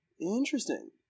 Interesting